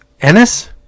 Ennis